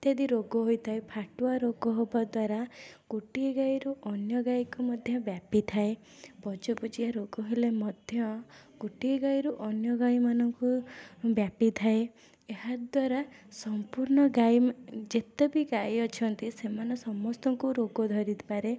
ଇତ୍ୟାଦି ରୋଗ ହୋଇଥାଏ ଫାଟୁଆ ରୋଗ ହେବାଦ୍ଵାରା ଗୋଟିଏ ଗାଈରୁ ଅନ୍ୟ ଗାଈକୁ ମଧ୍ୟ ବ୍ୟାପିଥାଏ ବଜବଜିଆ ରୋଗ ହେଲେ ମଧ୍ୟ ଗୋଟିଏ ଗାଈରୁ ଅନ୍ୟ ଗାଈମାନଙ୍କୁ ବ୍ୟାପିଥାଏ ଏହାଦ୍ୱାରା ସମ୍ପୂର୍ଣ୍ଣ ଗାଈ ମା' ଯେତେବି ଗାଈ ଅଛନ୍ତି ସେମାନେ ସମସ୍ତଙ୍କୁ ରୋଗ ଧରିପାରେ